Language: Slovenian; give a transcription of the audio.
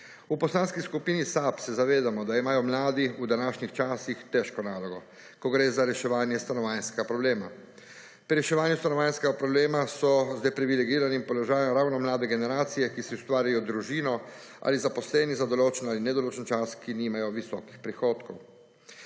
V Poslanski skupini SAB se zavedamo, da imajo mladi v današnjih časih težko nalogo, ko gre za reševanje stanovanjskega problema. Pri reševanju stanovanjskega problema so z deprivilegiranim položajem ravno mlade generacije, ki si ustvarjajo družino ali zaposleni za določen ali nedoločen čas, ki nimajo visokih prihodkov.